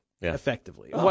effectively